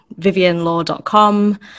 Vivianlaw.com